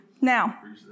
Now